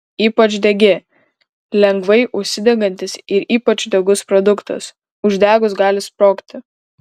ypač degi lengvai užsidegantis ir ypač degus produktas uždegus gali sprogti